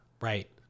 Right